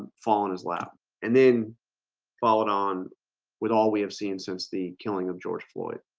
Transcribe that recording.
fall on his lap and then follow it on with all we have seen since the killing of george floyd